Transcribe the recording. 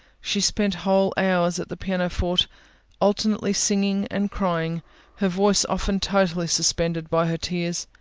she spent whole hours at the pianoforte alternately singing and crying her voice often totally suspended by her tears.